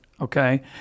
okay